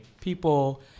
people